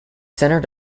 center